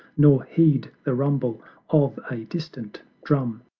nor heed the rumble of a distant drum!